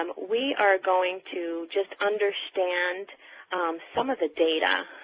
um we are going to just understand some of the data